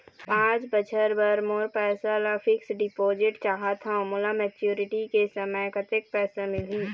पांच बछर बर मोर पैसा ला फिक्स डिपोजिट चाहत हंव, मोला मैच्योरिटी के समय कतेक पैसा मिल ही?